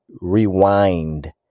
rewind